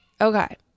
Okay